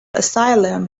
asylum